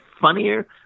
funnier